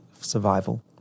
survival